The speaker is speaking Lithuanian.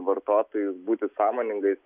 vartotojus būti sąmoningais